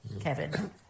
Kevin